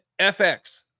FX